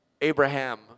Abraham